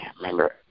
Remember